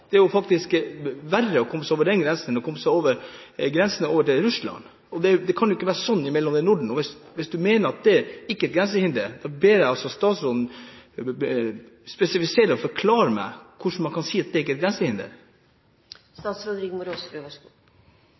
det de trenger for å komme over grensen, og ikke blir stoppet der. Det er jo faktisk verre å komme seg over denne grensen enn å komme seg over grensen til Russland. Det kan jo ikke være sånn i Norden. Hvis statsråden mener at det ikke er et grensehinder, ber jeg statsråden spesifisere og forklare meg hvordan man kan si